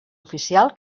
oficial